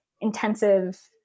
intensive